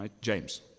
James